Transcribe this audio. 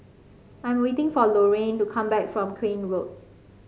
I'm waiting for Lorrayne to come back from Crane Road